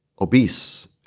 obese